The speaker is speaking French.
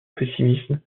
pessimisme